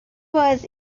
was